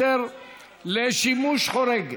היתר לשימוש חורג),